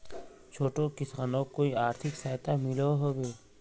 छोटो किसानोक कोई आर्थिक सहायता मिलोहो होबे?